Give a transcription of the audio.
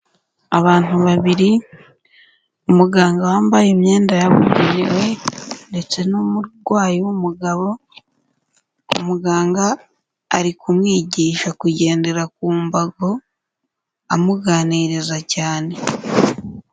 Abantu babiri, umuganga wambaye imyenda yabugenewe ndetse n'umurwayi w'umugabo, umuganga ari kumwigisha kugendera ku mbago amuganiriza cyane.